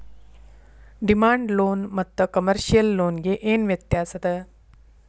Demand loan ಮತ್ತ commercial loan ಗೆ ಏನ್ ವ್ಯತ್ಯಾಸದ?